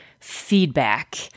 Feedback